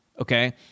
okay